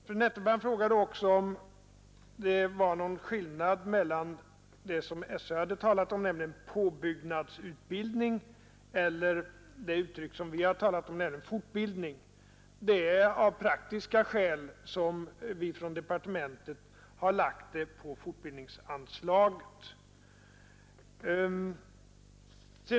Fru Nettelbrandt frågade också om det rådde någon skillnad mellan vad skolöverstyrelsen har talat om, nämligen påbyggnadsutbildning, och det uttryck som vi har använt, nämligen fortbildning. Av praktiska skäl har vi från departementet lagt utbildningen under fortbildningsanslaget.